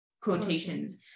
quotations